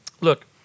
Look